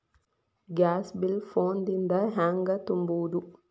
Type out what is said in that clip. Gas bill phone ದಿಂದ ಹ್ಯಾಂಗ ತುಂಬುವುದು?